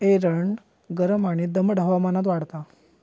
एरंड गरम आणि दमट हवामानात वाढता